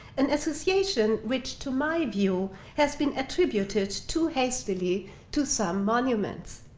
an association which to my view has been attributed too hastily to some monuments.